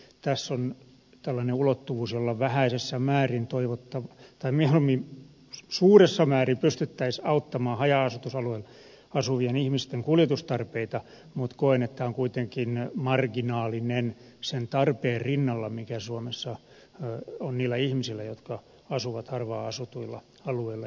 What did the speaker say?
tässä on tällainen ulottuvuus jolla vähäisessä määrin tai mieluummin suuressa määrin pystyttäisiin auttamaan haja asutusalueella asuvien ihmisten kuljetustarpeita mutta koen että se on kuitenkin marginaalinen sen tarpeen rinnalla mikä suomessa on niillä ihmisillä jotka asuvat harvaanasutuilla alueilla